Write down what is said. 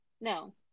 No